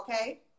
okay